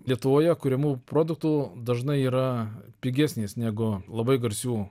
lietuvoje kuriamų produktų dažnai yra pigesnės negu labai garsių